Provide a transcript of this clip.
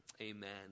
amen